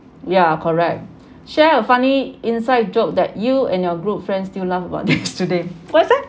ya correct share a funny inside joke that you and your group friends still laugh about this today what is that